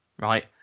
Right